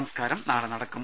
സംസ്കാരം നാളെ നടക്കും